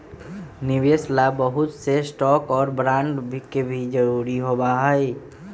निवेश ला बहुत से स्टाक और बांड के भी जरूरत होबा हई